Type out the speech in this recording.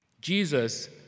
Jesus